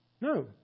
No